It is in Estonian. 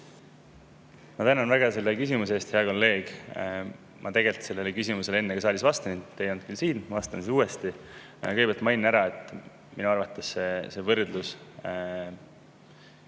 Ma tänan väga selle küsimuse eest, hea kolleeg. Ma tegelikult sellele küsimusele enne vastasin, teid ei olnud siis saalis. Ma vastan siis uuesti. Kõigepealt mainin ära, et minu arvates see võrdlus